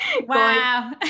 Wow